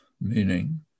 Meaning